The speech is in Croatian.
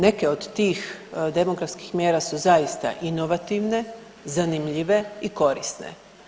Neke od tih demografskih mjera su zaista inovativne, zanimljive i korisne.